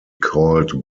called